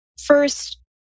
First